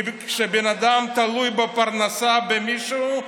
כי כשבן אדם תלוי בפרנסה במישהו,